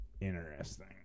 Interesting